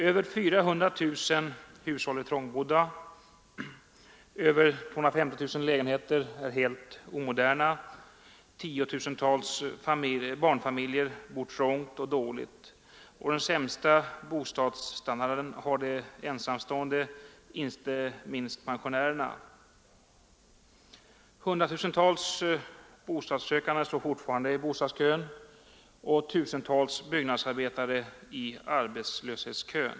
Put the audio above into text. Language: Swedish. Över 400 000 hushåll är trångbodda, över 250 000 lägenheter är helt omoderna, tiotusentals barnfamiljer bor trångt och dåligt, och den sämsta bostadsstandarden har de ensamstående, inte minst pensionärerna. Hundratusentals bostadssökande står fortfarande i bostadskön och tusentals byggnadsarbetare i arbetslöshetskön.